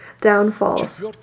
downfalls